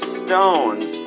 stones